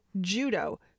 Judo